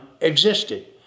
existed